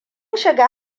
shiga